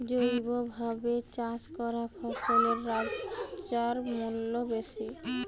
জৈবভাবে চাষ করা ফসলের বাজারমূল্য বেশি